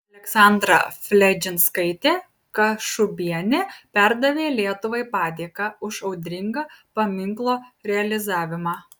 aleksandra fledžinskaitė kašubienė perdavė lietuvai padėką už audringą paminklo realizavimą